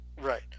Right